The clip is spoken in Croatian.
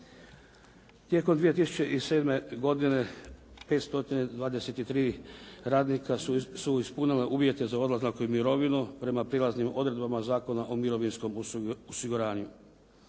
Tijekom 2007. godine 523 radnika su ispunila uvjete za odlazak u mirovinu prema prijelaznim odredbama Zakona o mirovinskom osiguranju.